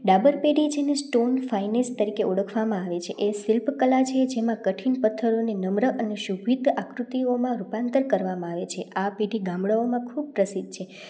ડાબર પેઢી જેને stone finest તરીકે ઓળખવામાં આવે છે એ શિલ્પ કલા છે જેમાં કઠિન પથ્થરોને નમ્ર અને શોભિત આકૃતિઓમાં રૂપાંતર કરવામાં આવે છે આ પેઢી ગામડાંઓમાં ખૂબ પ્રસિદ્ધ છે